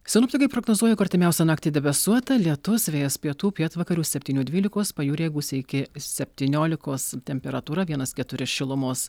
sinoptikai prognozuoja artimiausią naktį debesuota lietus vėjas pietų pietvakarių septynių dvylikos pajūryje gūsiai iki septyniolikos temperatūra vienas keturi šilumos